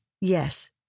Yes